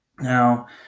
Now